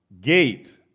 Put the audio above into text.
Gate